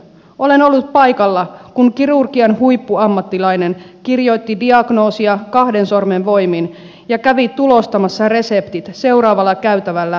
olen ollut paikalla kun kirurgian huippuammattilainen kirjoitti diagnoosia kahden sormen voimin ja kävi tulostamassa reseptit seuraavalla käytävällä yhteistulostimella